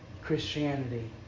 Christianity